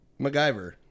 MacGyver